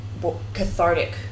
cathartic